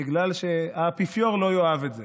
בגלל שהאפיפיור לא יאהב את זה.